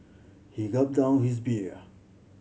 he gulped down his beer